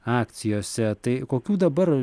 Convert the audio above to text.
akcijose tai kokių dabar